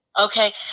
Okay